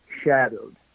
shadowed